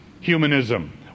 humanism